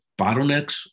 bottlenecks